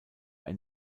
ein